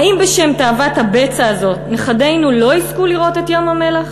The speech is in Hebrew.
האם בשם תאוות הבצע הזאת נכדינו לא יזכו לראות את ים-המלח?